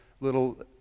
little